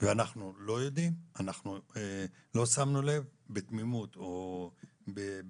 ואנחנו לא יודעים, לא שמנו לב, בתמימות או בזדון?